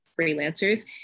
freelancers